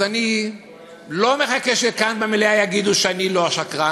אז אני לא מחכה שכאן במליאה יגידו שאני לא שקרן,